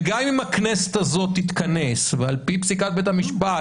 וגם אם הכנסת הזאת תתכנס ועל פי פסיקת בית המשפט,